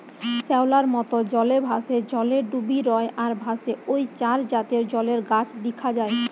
শ্যাওলার মত, জলে ভাসে, জলে ডুবি রয় আর ভাসে ঔ চার জাতের জলের গাছ দিখা যায়